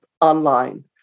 online